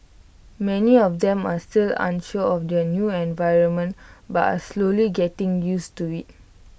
many of them are still unsure of their new environment but are slowly getting used to IT